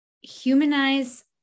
humanize